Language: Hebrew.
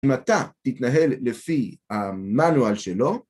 אם אתה תתנהל לפי המנואל שלו,